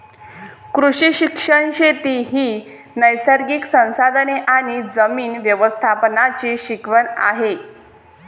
कृषी शिक्षण शेती ही नैसर्गिक संसाधने आणि जमीन व्यवस्थापनाची शिकवण आहे